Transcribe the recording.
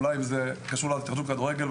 אולי זה קשור להתאחדות הכדורגל.